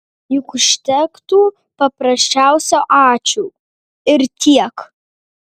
juk užtektų paprasčiausio ačiū ir tiek